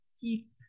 keep